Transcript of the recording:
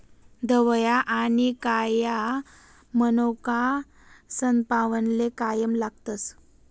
धवया आनी काया मनोका सनपावनले कायम लागतस